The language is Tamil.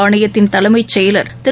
ஆணையத்தின் தலைமைச் செயலர் திரு